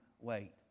wait